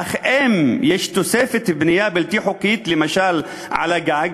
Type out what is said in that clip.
אך אם יש תוספת בנייה בלתי חוקית, למשל על הגג,